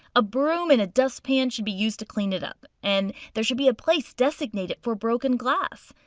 a broom and a dustpan should be used to clean it up, and there should be a place designated for broken glass.